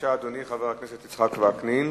אדוני חבר הכנסת יצחק וקנין,